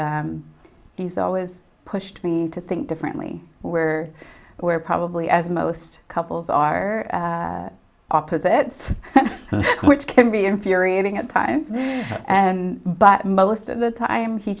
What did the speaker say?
and he's always pushed me to think differently where we're probably as most couples are opposite which can be infuriating at times and but most of the time he